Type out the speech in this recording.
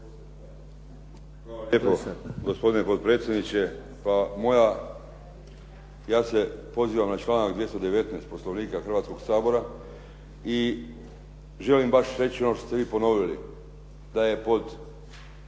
Hvala lijepo. Gospodine potpredsjedniče, ja se pozivam na članak 219. Poslovnika Hrvatskoga sabora i želim baš reći ono što ste vi ponovili, da je pod